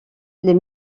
les